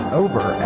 over